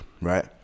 right